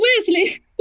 Wesley